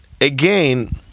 again